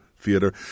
theater